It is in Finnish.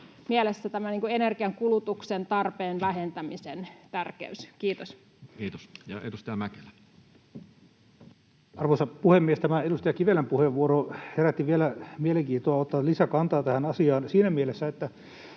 mielessä myös tämä energiankulutuksen tarpeen vähentämisen tärkeys. — Kiitos. Kiitos. — Ja edustaja Mäkelä. Arvoisa puhemies! Tämä edustaja Kivelän puheenvuoro herätti vielä mielenkiintoa ottaa lisää kantaa tähän asiaan siinä mielessä, että